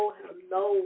hello